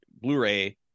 Blu-ray